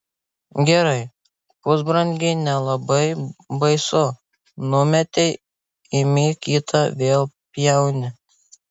gerai pusbrangiai nelabai baisu numetei imi kitą vėl pjauni